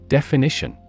Definition